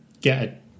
get